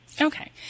Okay